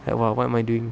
like !wah! what am I doing